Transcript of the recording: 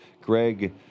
Greg